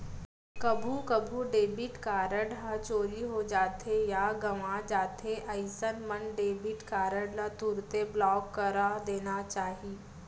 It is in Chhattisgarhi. कभू कभू डेबिट कारड ह चोरी हो जाथे या गवॉं जाथे अइसन मन डेबिट कारड ल तुरते ब्लॉक करा देना चाही